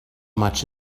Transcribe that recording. much